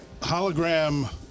Hologram